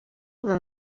than